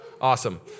Awesome